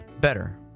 better